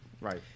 Right